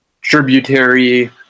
tributary